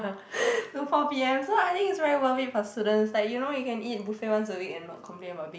to four P_M so I think it's very worth it for students like you know you can eat buffet once a week and not complain about being